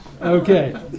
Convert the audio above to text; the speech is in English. Okay